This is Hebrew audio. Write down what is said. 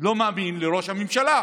לא מאמין לראש הממשלה.